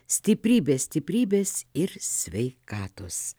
stiprybės stiprybės ir sveikatos